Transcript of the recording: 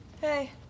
hey